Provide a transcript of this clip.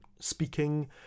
speaking